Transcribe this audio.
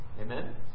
amen